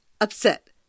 upset